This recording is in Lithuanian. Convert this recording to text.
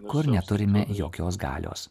kur neturime jokios galios